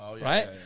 right